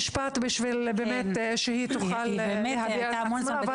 בבקשה, משפט כדי שהיא תוכל להביע את עצמה.